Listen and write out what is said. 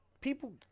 people